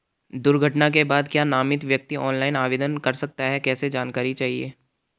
दुर्घटना के बाद क्या नामित व्यक्ति ऑनलाइन आवेदन कर सकता है कैसे जानकारी चाहिए?